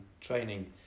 training